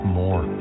more